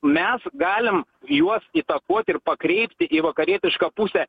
mes galim juos įtakoti ir pakreipti į vakarietišką pusę